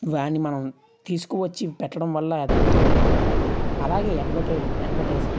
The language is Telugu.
దాన్ని మనం తీసుకు వచ్చి పెట్టడం వల్ల అది ఎంతో ఉపయోగపడుతుంది అలాగే ఎడ్వటైట్ ఎడ్వర్టైజింగ్